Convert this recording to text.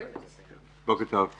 בוקר טוב.